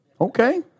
Okay